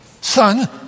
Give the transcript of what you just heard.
Son